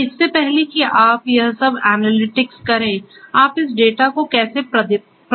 तो इससे पहले की आप यह सब एनालिटिक्स करें आप इस डेटा को कैसे प्रबंधित करते हैं